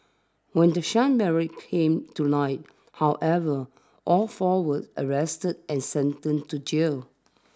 when the sham marriage came to light however all four were arrested and sentenced to jail